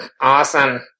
Awesome